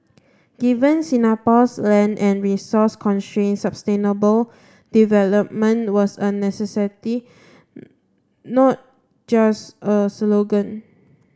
given Singapore's land and resource constraints sustainable development was a necessity not just a slogan